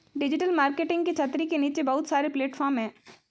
digital marketing की छतरी के नीचे बहुत सारे प्लेटफॉर्म हैं